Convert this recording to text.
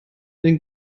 den